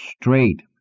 straight